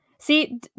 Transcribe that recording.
See